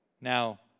Now